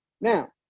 Now